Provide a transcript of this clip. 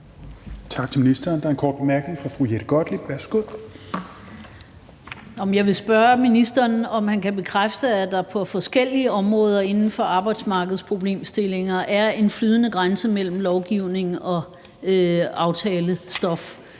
Jeg vil spørge ministeren, om han kan bekræfte, at der på forskellige områder inden for arbejdsmarkedsproblemstillinger er en flydende grænse mellem lovgivning og aftalestof.